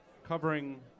covering